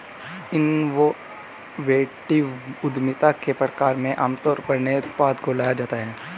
innovative उद्यमिता के प्रकार में आमतौर पर नए उत्पाद को लाया जाता है